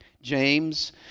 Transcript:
James